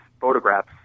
photographs